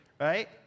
Right